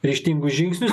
ryžtingų žingsnių